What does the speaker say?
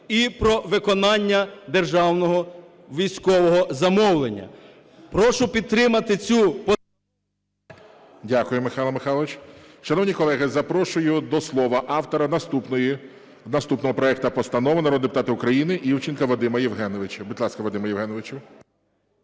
і про виконання державного військового замовлення. Прошу підтримати цю... ГОЛОВУЮЧИЙ. Дякую, Михайле Михайловичу. Шановні колеги, запрошую до слова автора наступного проекту постанову народного депутата України Івченка Вадима Євгеновича.